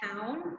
town